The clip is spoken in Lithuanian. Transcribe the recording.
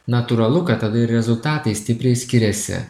natūralu kad rezultatai stipriai skiriasi